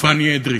פאני אדרי.